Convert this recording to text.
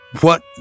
What